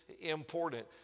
important